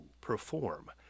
perform